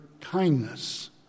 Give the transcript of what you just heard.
kindness